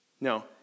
No